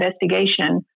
investigation